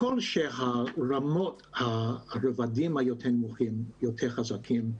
ככל שהרבדים היותר נמוכים יותר חזקים,